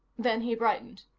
then he brightened.